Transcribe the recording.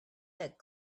that